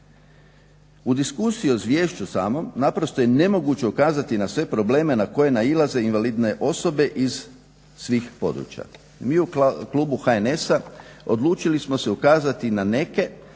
U diskusiji o izvješću samom naprosto je nemoguće ukazati na sve probleme na koje nailaze invalidne osobe iz svih područja. Mi u klubu HNS-a odlučili smo se ukazati na neke